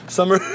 Summer